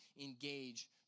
engage